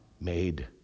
made